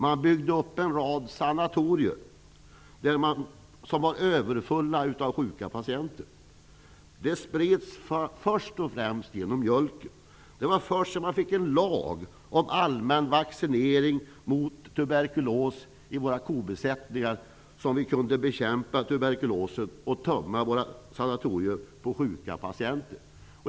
Man byggde en rad sanatorier, som var överfulla av sjuka patienter. Sjukdomen spreds främst genom mjölken. Det var först sedan vi fick en lag om allmän vaccinering mot tuberkulos i våra kobesättningar som vi kunde bekämpa tuberkulosen och tömma våra sanatorier på sjuka patienter.